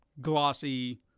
glossy